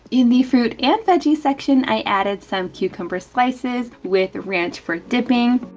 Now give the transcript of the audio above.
in the fruit and veggie section, i added some cucumber slices, with ranch for dipping.